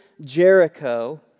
Jericho